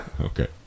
Okay